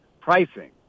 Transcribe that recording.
pricing